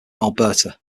alberta